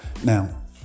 Now